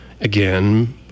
again